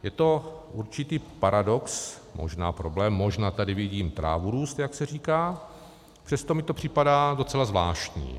Je to určitý paradox, možná problém, možná tady vidím trávu růst, jak se říká, přesto mi to připadá docela zvláštní.